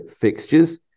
fixtures